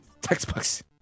Textbooks